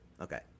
Okay